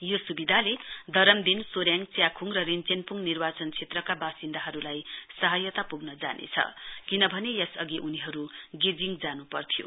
यो सुविधाले दरमदिन सोरेङ च्याखुङ र रिन्वेनपोङ निर्वाचन क्षेत्रका वासिन्दाहरूलाई सहायता पुग्न जानेछ किनभने यसअघि उनीहरू गेजिङ जानु पर्थ्यो